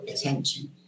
attention